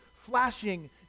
flashing